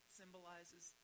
symbolizes